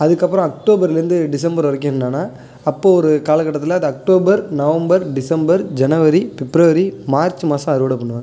அதுக்கப்புறம் அக்டோபர்லேருந்து டிசம்பர் வரைக்கும் என்னான்னால் அப்போது ஒரு காலக்கட்டத்தில் அது அக்டோபர் நவம்பர் டிசம்பர் ஜனவரி பிப்ரவரி மார்ச் மாதம் அறுவடை பண்ணுவாங்க